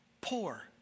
poor